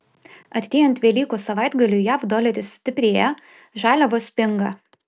artėjant velykų savaitgaliui jav doleris stiprėja žaliavos pinga